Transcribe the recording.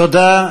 תודה.